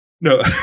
No